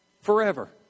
Forever